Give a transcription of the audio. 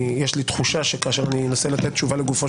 יש לי תחושה שכאשר אני מנסה לתת תשובה לגופו